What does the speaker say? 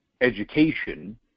education